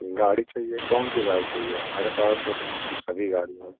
गाड़ी चाहिए कौनसी गाड़ी चाहिए हमारे पास तो सभी गाड़ी हैं